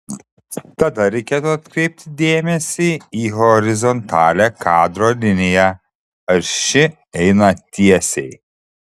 tada reikėtų atkreipti dėmesį į horizontalią kadro liniją ar ši eina tiesiai